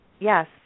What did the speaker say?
yes